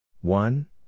One